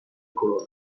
کرونا